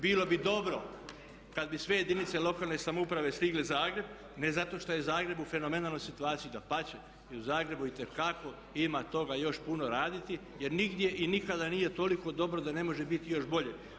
Bilo bi dobro kad bi sve jedinice lokalne samouprave stigle u Zagreb, ne zato što je u Zagrebu fenomenalna situacija, dapače i u Zagrebu itekako ima toga još puno raditi jer nigdje i nikada nije toliko dobro da ne može biti još bolje.